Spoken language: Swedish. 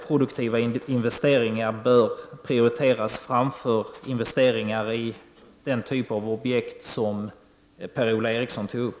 Produktiva investeringar bör prioriteras framför investeringar i den typ av objekt som Per Ola Eriksson tog upp.